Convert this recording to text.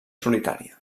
solitària